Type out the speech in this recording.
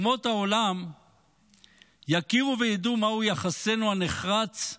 אומות העולם יכירו וידעו מהו יחסנו הנחרץ,